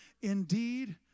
Indeed